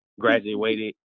graduated